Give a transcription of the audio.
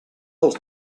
els